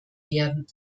werden